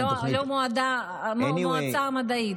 אם לא המועצה המדעית?